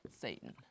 Satan